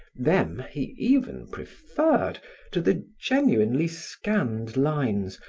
them he even preferred to the genuinely scanned lines,